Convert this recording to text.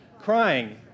crying